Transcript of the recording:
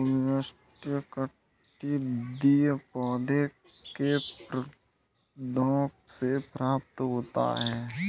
उष्णकटिबंधीय पौधों के प्रकंदों से प्राप्त होता है